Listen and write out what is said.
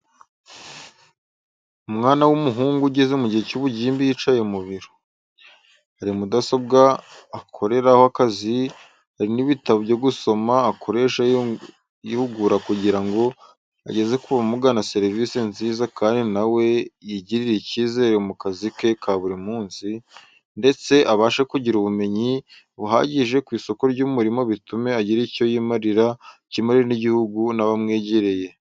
Umwana w'umuhungu ugeze mu gihe cy'ubugimbi y'icaye mu biro. Hari mudasobwa akoreraho akazi hari n'ibitabo byo gusoma akoresha yihugura kugira ngo ageze kubamugana serivizi nziza kdi na we yigirire icyizere mu kazi ke kaburi munsi, ndetse abashe kugira ubumenyi buhagije kw'isoko ry'umurimo bitume agira icyo yimarira, akimarire n'igihugu n'abamwegereye.